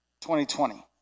2020